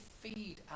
feed